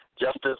Justice